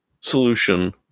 solution